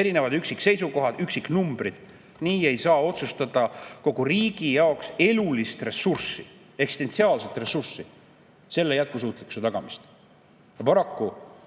Erinevad üksikseisukohad, üksiknumbrid – nii ei saa otsustada kogu riigi jaoks elulist ressurssi, eksistentsiaalset ressurssi, selle jätkusuutlikkuse tagamist.